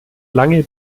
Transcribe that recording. lange